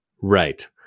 Right